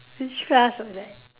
which class was that